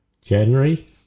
January